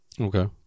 Okay